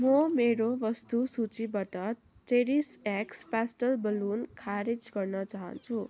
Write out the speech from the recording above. म मेरो वस्तु सूचीबाट चेरिस एक्स पेस्टल बेलुन खारेज गर्न चाहन्छु